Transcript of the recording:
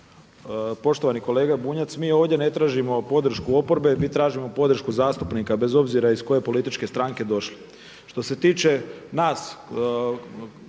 Poštovani kolega Bunjac, mi ovdje ne tražimo podršku oporbe. Mi tražimo podršku zastupnika bez obzira iz koje političke stranke došli.